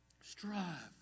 Strive